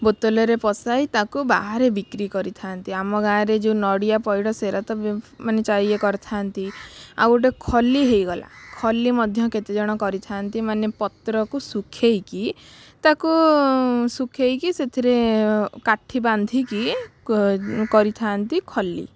ବୋତଲରେ ପଶାଇ ତାକୁ ବାହାରେ ବିକ୍ରୀ କରିଥାନ୍ତି ଆମ ଗାଁରେ ଯେଉଁ ନଡ଼ିଆ ପଇଡ଼ ସେରା ତ ମାନେ ଇଏ କରିଥାନ୍ତି ଆଉ ଗୋଟେ ଖଲି ହେଇଗଲା ଖଲି ମଧ୍ୟ କେତେଜଣ କରିଥାନ୍ତି ମାନେ ପତ୍ରକୁ ଶୁଖାଇକି ତାକୁ ଶୁଖାଇକି ସେଥିରେ କାଠି ବାନ୍ଧିକି କ କରିଥାନ୍ତି ଖଲି